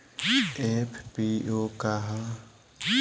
FPO का ह?